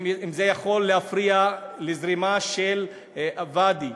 אם זה יכול להפריע לזרימה של ואדי,